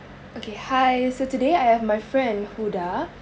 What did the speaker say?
okay hi so today I have my friend huda then higher